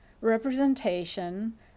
representation